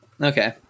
Okay